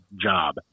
job